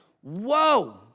whoa